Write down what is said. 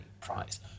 price